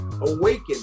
Awaken